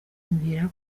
ambwira